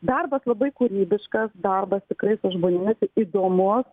darbas labai kūrybiškas darbas tikrai su žmonėmis įdomus